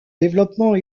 développement